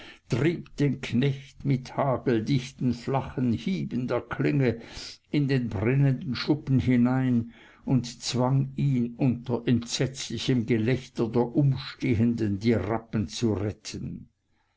trieb den knecht mit hageldichten flachen hieben der klinge in den brennenden schuppen hinein und zwang ihn unter entsetzlichem gelächter der umstehenden die rappen zu retten